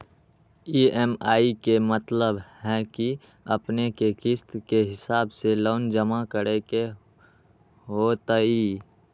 EMI के मतलब है कि अपने के किस्त के हिसाब से लोन जमा करे के होतेई?